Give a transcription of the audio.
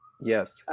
Yes